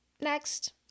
next